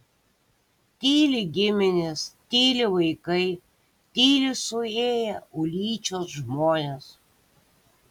tyli giminės tyli vaikai tyli suėję ulyčios žmonės